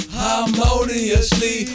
harmoniously